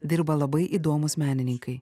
dirba labai įdomūs menininkai